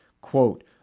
Quote